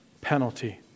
penalty